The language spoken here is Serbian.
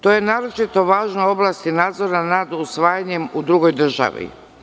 To je naročito važna oblast i nadzorna nad usvajanjem u drugoj državi.